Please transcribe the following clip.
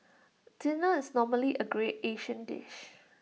dinner is normally A great Asian dish